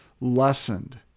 lessened